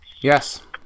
Yes